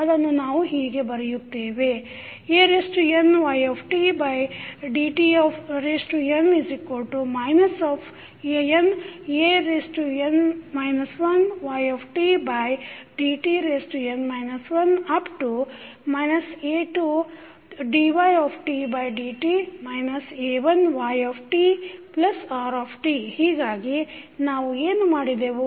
ಅದನ್ನು ನಾವು ಹೀಗೆ ಬರೆಯುತ್ತೇವೆ dnydtn andn 1ytdtn 1 a2dytdt a1ytrt ಹೀಗಾಗಿ ನಾವು ಏನು ಮಾಡಿದೆವು